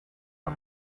how